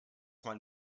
man